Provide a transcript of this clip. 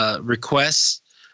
requests